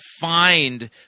find